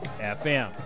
FM